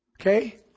Okay